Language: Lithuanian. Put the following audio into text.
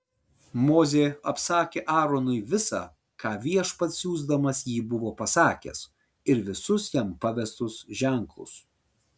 mozė apsakė aaronui visa ką viešpats siųsdamas jį buvo pasakęs ir visus jam pavestus ženklus